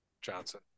Johnson